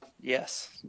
Yes